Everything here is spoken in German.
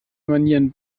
manieren